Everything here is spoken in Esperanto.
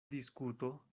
diskuto